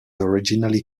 originally